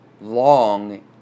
long